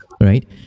right